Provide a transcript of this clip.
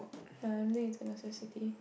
finally is a necessity